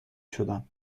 شدم